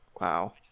Wow